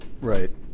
Right